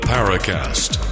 Paracast